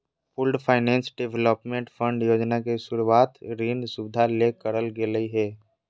pooled finance development fund योजना के शुरूवात ऋण सुविधा ले करल गेलय हें